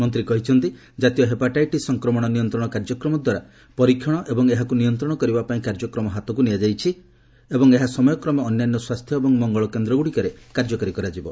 ମନ୍ତ୍ରୀ କହିଛନ୍ତି ଜାତୀୟ ହେପାଟାଇଟିସ୍ ସଂକ୍ରମଣ ନିୟନ୍ତ୍ରଣ କାର୍ଯ୍ୟକ୍ରମ ଦ୍ୱାରା ପରୀକ୍ଷଣ ଏବଂ ଏହାକୁ ନିୟନ୍ତ୍ରଣ କରିବା ପାଇଁ କାର୍ଯ୍ୟକ୍ରମ ହାତକୁ ନିଆଯାଇଛି ଏବଂ ଏହା ସମୟକ୍ରମେ ଅନ୍ୟାନ୍ୟ ସ୍ୱାସ୍ଥ୍ୟ ଏବଂ ମଙ୍ଗଳ କେନ୍ଦ୍ରଗୁଡ଼ିକରେ କାର୍ଯ୍ୟକାରୀ କରାଯିବ